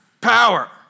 power